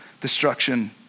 destruction